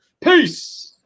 Peace